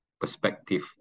perspective